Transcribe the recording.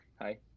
Hi